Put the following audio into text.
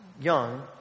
young